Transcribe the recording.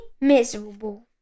miserable